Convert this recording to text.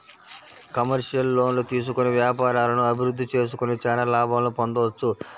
commercial లోన్లు తీసుకొని వ్యాపారాలను అభిరుద్ధి చేసుకొని చానా లాభాలను పొందొచ్చు